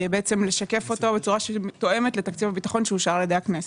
ולשקף אותו בצורה שתואמת לתקציב הביטחון שאושר על ידי הכנסת.